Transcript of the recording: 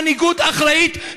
מנהיגות אחראית,